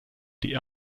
die